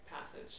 passage